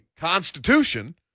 constitution